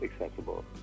accessible